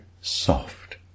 soft